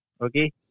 Okay